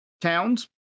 towns